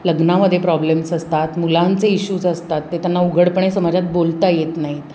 लग्नामध्ये प्रॉब्लेम्स असतात मुलांचे इशूज असतात ते त्यांना उघडपणे समाजात बोलता येत नाहीत